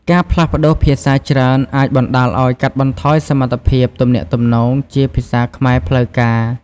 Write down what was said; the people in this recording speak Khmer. ការផ្លាស់ប្ដូរភាសាច្រើនអាចបណ្តាលឲ្យកាត់បន្ថយសមត្ថភាពទំនាក់ទំនងជាភាសាខ្មែរផ្លូវការ។